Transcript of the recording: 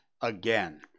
again